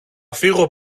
φύγω